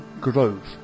grove